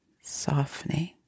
softening